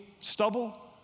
stubble